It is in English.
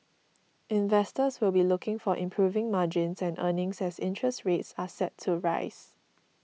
investors will be looking for improving margins and earnings as interest rates are set to rise